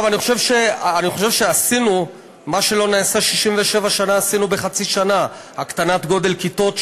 אני חושב שמה שלא נעשה 67 שנה עשינו בחצי שנה: הקטנת כיתות,